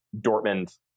Dortmund